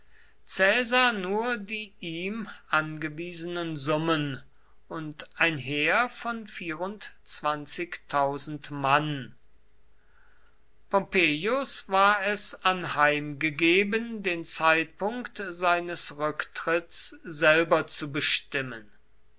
nur die ihm angewiesenen summen und ein heer von mann pompeius war es anheimgegeben den zeitpunkt seines rücktritts selber zu bestimmen